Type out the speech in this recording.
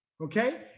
okay